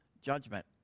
Judgment